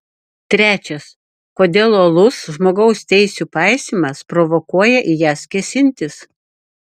trečias kodėl uolus žmogaus teisių paisymas provokuoja į jas kėsintis